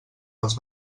els